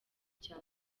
cya